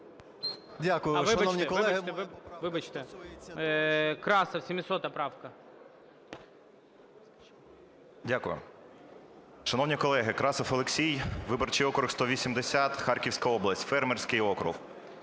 Дякую. Шановні колеги! Красов Олексій, виборчий округ 180, Харківська область, фермерський округ.